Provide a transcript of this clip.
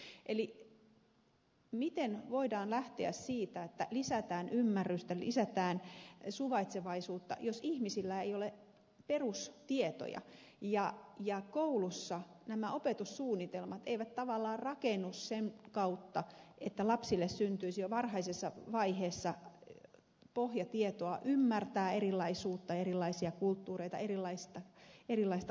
eli miten voidaan lähteä siitä että lisätään ymmärrystä lisätään suvaitsevaisuutta jos ihmisillä ei ole perustietoja ja koulussa opetussuunnitelmat eivät tavallaan rakennu sen kautta että lapsille syntyisi jo varhaisessa vaiheessa pohjatietoa ymmärtää erilaisuutta erilaisia kulttuureita erilaista uskontoa